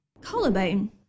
Collarbone